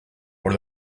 por